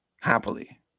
happily